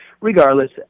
regardless